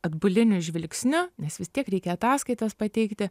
atbuliniu žvilgsniu nes vis tiek reikia ataskaitas pateikti